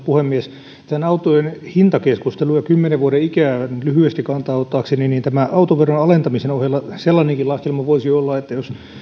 puhemies tähän autojen hintakeskusteluun ja kymmenen vuoden ikään lyhyesti kantaa ottaakseni tämän autoveron alentamisen ohella sellainenkin laskelma voisi olla että jos